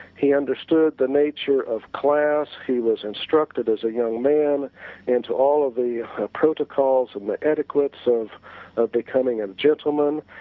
he understood the nature of class, he was instructed as a young man into all of the protocols and the etiquettes of of becoming a gentleman,